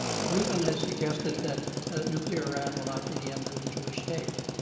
reuven has suggested that a nuclear iran will not be the end of the jewish state.